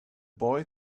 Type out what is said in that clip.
boy